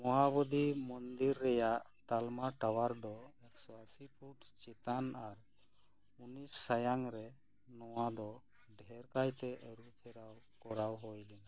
ᱢᱚᱦᱟᱵᱚᱫᱷᱤ ᱢᱚᱱᱫᱤᱨ ᱨᱮᱭᱟᱜ ᱛᱟᱞᱢᱟ ᱴᱟᱣᱟᱨ ᱫᱚ ᱮᱠᱥᱚ ᱟᱹᱥᱤ ᱯᱷᱩᱴ ᱪᱮᱛᱟᱱ ᱟᱨ ᱩᱱᱤᱥ ᱥᱟᱭᱟᱝ ᱨᱮ ᱱᱚᱶᱟ ᱫᱚ ᱰᱷᱮᱨ ᱠᱟᱭᱛᱮ ᱟᱹᱨᱩ ᱯᱷᱮᱨᱟᱣ ᱠᱚᱨᱟᱣ ᱦᱩᱭ ᱞᱮᱱᱟ